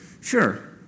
Sure